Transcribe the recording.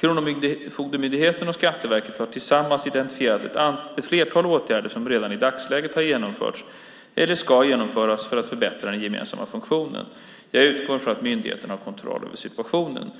Kronofogdemyndigheten och Skatteverket har tillsammans identifierat ett flertal åtgärder som redan i dagsläget har genomförts eller ska genomföras för att förbättra den gemensamma funktionen. Jag utgår från att myndigheterna har kontroll över situationen.